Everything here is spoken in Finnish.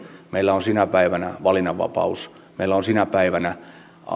meillä on sinä päivänä valinnanvapaus meillä on sinä päivänä